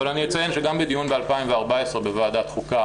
אבל אני אציין שגם בדיון ב-2014 בוועדת חוקה